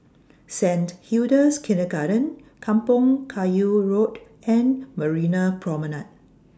Saint Hilda's Kindergarten Kampong Kayu Road and Marina Promenade